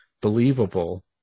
believable